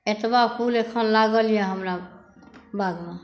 एतबा फूल अखन हमरा लागल यऽ हमरा बागमे